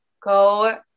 go